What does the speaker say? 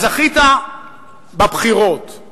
זכית בבחירות,